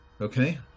okay